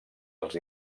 els